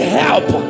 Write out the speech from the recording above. help